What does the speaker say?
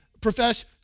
profess